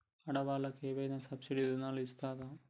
ఆడ వాళ్ళకు ఏమైనా సబ్సిడీ రుణాలు ఇస్తారా?